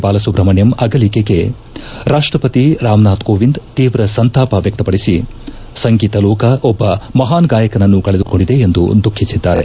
ಬಾಲಸುಬ್ರಹ್ನಣ್ಯಂ ಅಗಲಿಕೆಗೆ ರಾಷ್ಷಪತಿ ರಾಮನಾಥ್ ಕೋವಿಂದ್ ತೀವ್ರ ಸಂತಾಪ ವ್ಯಕ್ತ ಪಡಿಸಿ ಸಂಗೀತ ಲೋಕ ಒಬ್ಲ ಮಹಾನ್ ಗಾಯಕನನ್ನು ಕಳೆದುಕೊಂಡಿದೆ ಎಂದು ದುಃಖಿಸಿದ್ದಾರೆ